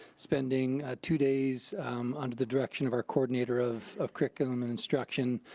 spending ah two days under the direction of our coordinator of of curriculum and instruction,